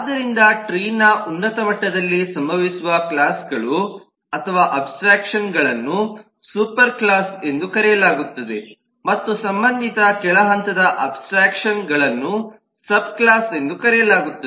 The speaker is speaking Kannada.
ಆದ್ದರಿಂದ ಟ್ರೀನ ಉನ್ನತ ಮಟ್ಟದಲ್ಲಿ ಸಂಭವಿಸುವ ಕ್ಲಾಸ್ಗಳು ಅಥವಾ ಅಬ್ಸ್ಟ್ರಾಕ್ಷನ್ಗಳನ್ನು ಸೂಪರ್ ಕ್ಲಾಸ್ ಎಂದು ಕರೆಯಲಾಗುತ್ತದೆ ಮತ್ತು ಸಂಬಂಧಿತ ಕೆಳ ಹಂತದ ಅಬ್ಸ್ಟ್ರಾಕ್ಷನ್ಗಳನ್ನು ಸಬ್ ಕ್ಲಾಸ್ ಎಂದು ಕರೆಯಲಾಗುತ್ತದೆ